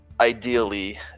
Ideally